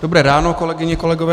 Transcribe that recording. Dobré ráno, kolegyně, kolegové.